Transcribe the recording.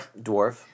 Dwarf